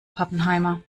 pappenheimer